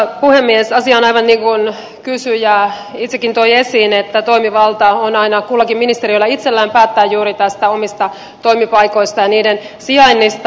asia on aivan niin kuin kysyjä itsekin toi esiin että toimivalta on aina kullakin ministeriöllä itsellään päättää juuri näistä omista toimipaikoistaan ja niiden sijainnista